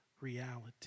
reality